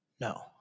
No